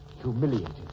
humiliated